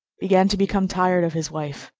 began to become tired of his wife,